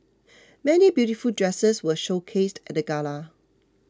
many beautiful dresses were showcased at the gala